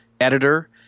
editor